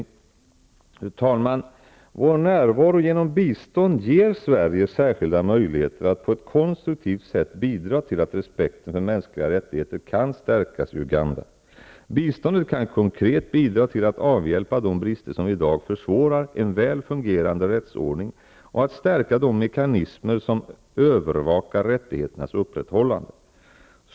Fru talman! Vår närvaro genom bistånd ger Sverige särskilda möjligheter att på ett konstruktivt sätt bidra till att respekten för mänskliga rättigheter kan stärkas i Uganda. Biståndet kan konkret bidra till att avhjälpa de brister som i dag försvårar en väl fungerande rättsordning och att stärka de mekanismer som övervakar rättigheternas upprätthållande.